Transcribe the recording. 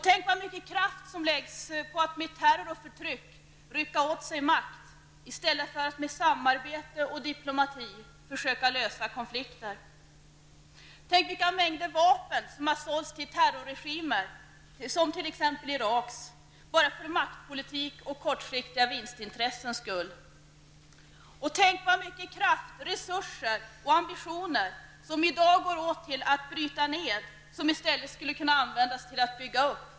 Tänk vad mycket kraft som läggs ned på att med terror och förtryck rycka åt sig makt i stället för att med samarbete och diplomati försöka lösa konflikter. Tänk vilka mängder vapen som har sålts till terrorregimer, som t.ex. Iraks, bara för maktpolitik och kortsiktiga vinstintressens skull. Och tänk vad mycket kraft, resurser och ambitioner som i dag går åt till att bryta ned, men som i stället skulle kunna användas till att bygga upp.